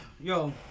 Yo